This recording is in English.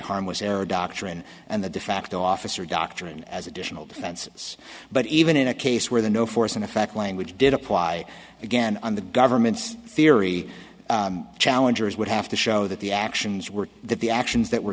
harmless error doctrine and the de facto officer doctrine as additional defenses but even in a case where the no force in effect language did apply again on the government's theory challengers would have to show that the actions were that the actions that were